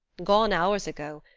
gone hours ago.